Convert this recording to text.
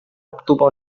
obtuvo